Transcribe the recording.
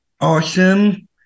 awesome